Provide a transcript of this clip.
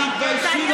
אתה חוצפן.